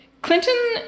Clinton